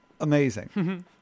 amazing